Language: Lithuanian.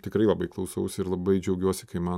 tikrai labai klausausi ir labai džiaugiuosi kai man